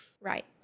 Right